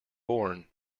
born